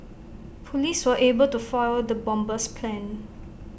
Police were able to foil the bomber's plan